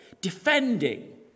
defending